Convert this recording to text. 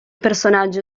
personaggio